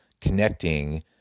connecting